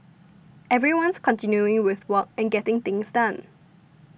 everyone's continuing with work and getting things done